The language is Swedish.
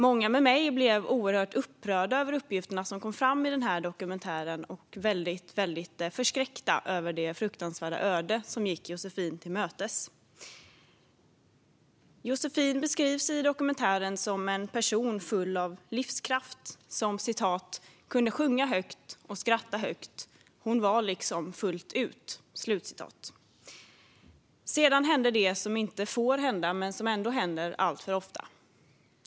Många med mig blev oerhört upprörda över de uppgifter som kom fram i dokumentären och väldigt förskräckta över det fruktansvärda öde som Josefin gick till mötes. Josefin beskrivs i dokumentären som en person full av livskraft och som kunde sjunga högt och skratta högt - hon var liksom fullt ut. Sedan hände det som inte får hända men som ändå händer alltför ofta.